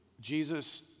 Jesus